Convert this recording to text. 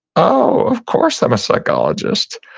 oh, of course i'm a psychologist.